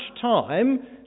time